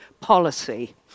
policy